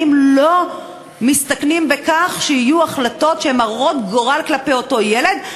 האם לא מסתכנים בכך שיהיו החלטות שהן הרות גורל כלפי אותו ילד,